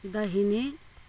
दाहिने